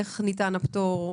איך ניתן הפטור,